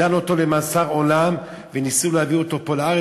דנו אותו למאסר עולם, וניסו להביא אותו לארץ.